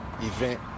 event